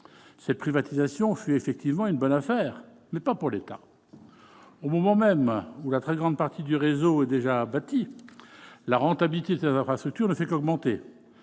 Cette privatisation fut bien une bonne affaire, mais pas pour l'État ! Au moment même où la très grande partie du réseau est déjà bâtie, la rentabilité de ces infrastructures ne fait qu'augmenter